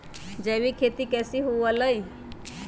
जैविक खेती कैसे हुआ लाई?